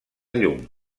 llum